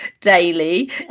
daily